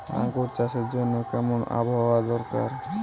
আঙ্গুর চাষের জন্য কেমন আবহাওয়া দরকার?